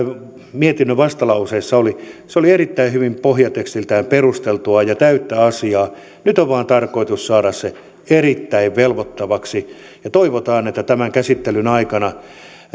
mietinnön vastalauseessa oli oli pohjatekstiltään erittäin hyvin perusteltua ja täyttä asiaa nyt on vain tarkoitus saada se erittäin velvoittavaksi ja toivotaan että tämän käsittelyn aikana